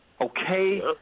okay